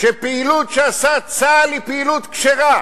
שפעילות שעשה צה"ל היא פעילות כשרה,